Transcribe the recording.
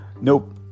Nope